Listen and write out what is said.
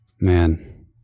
man